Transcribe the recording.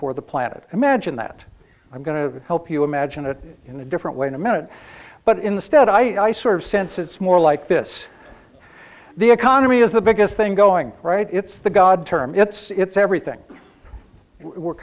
for the planet imagine that i'm going to help you imagine it in a different way in a minute but instead i sort of sense it's more like this the economy is the biggest thing going right it's the god term it's it's everything we're